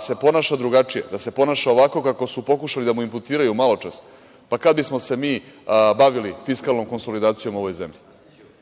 se ponaša drugačije, da se ponaša ovako kako su pokušali da mu imputiraju maločas, pa kad bismo se mi bavili fiskalnom konsolidacijom u ovoj zemlji?